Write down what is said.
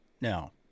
now